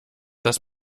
das